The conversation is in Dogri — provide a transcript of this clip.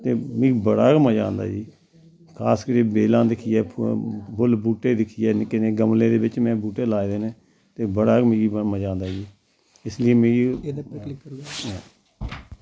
तो मिगी बड़ै गै मज़ा आंदा ई खासकरी बेल्लां दिक्खयै फुल्ल बूह्टे दिक्खियै गमले दे बिच्च में बूह्टे लाए दे न ते बड़ा गै मिगी मज़ा आंदा ई इस लेई मिगी